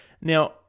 Now